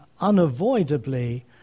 unavoidably